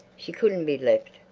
she couldn't be left.